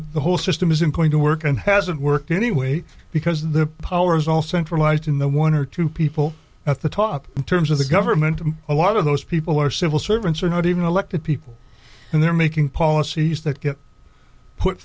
the whole system isn't going to work and hasn't worked anyway because the power is all centralized in the one or two people at the top terms of the government a lot of those people are civil servants are not even elected people and they're making policies that get put